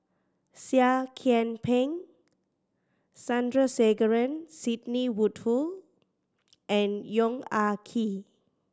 Seah Kian Peng Sandrasegaran Sidney Woodhull and Yong Ah Kee